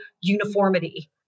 uniformity